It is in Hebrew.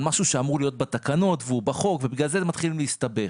משהו שאמור להיות בתקנות והוא בחוק ובגלל זה מתחילים להסתבך.